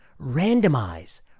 randomize